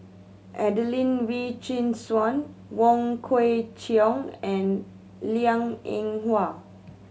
Adelene Wee Chin Suan Wong Kwei Cheong and Liang Eng Hwa